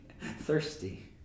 thirsty